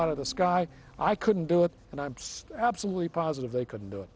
out of the sky i couldn't do it and i'm absolutely positive they couldn't do it